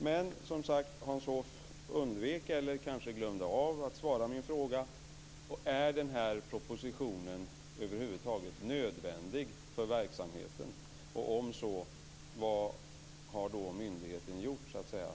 Men Hans Hoff undvek som sagt, eller glömde kanske, att besvara min fråga: Är den här propositionen över huvud taget nödvändig för verksamheten? Om så är fallet, vad har då myndigheten gjort under hösten?